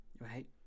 right